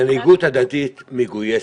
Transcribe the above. המנהיגות הדתית מגויסת.